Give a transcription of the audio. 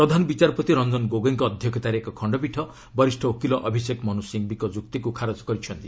ପ୍ରଧାନ ବିଚାରପତି ରଞ୍ଜନ ଗୋଗୋଇଙ୍କ ଅଧ୍ୟକ୍ଷତାରେ ଏକ ଖଣ୍ଡପୀଠ ବରିଷ୍ଣ ଓକିଲ ଅଭିଷେକ ମନୁ ସିଙ୍ଗ୍ବିଙ୍କ ଯୁକ୍ତିକୁ ଖାରଜ କରିଛନ୍ତି